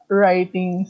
writing